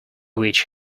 which